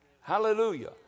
Hallelujah